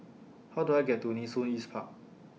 How Do I get to Nee Soon East Park